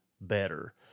better